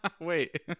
Wait